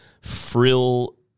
frill-